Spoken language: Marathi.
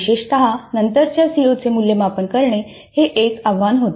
विशेषतः नंतरच्या सीओ चे मूल्यमापन करणे हे एक आव्हान होते